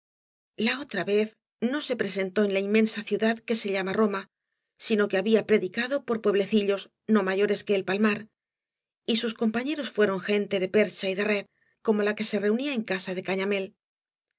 la otra vez no se presentó en la inmensa ciudad que se llama roma sino que había predicado por puebleeillos no mayores que el palmar y sus compañeros fueron gente de percha y de red como la que se reunía en casa de cañamél